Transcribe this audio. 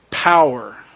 Power